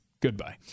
Goodbye